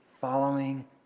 following